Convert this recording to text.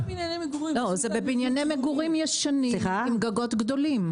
זה בבנייני מגורים ישנים עם גגות גדולים.